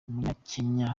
umunyakenya